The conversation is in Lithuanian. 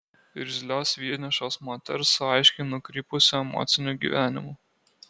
irzlios vienišos moters su aiškiai nukrypusiu emociniu gyvenimu